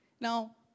Now